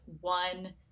one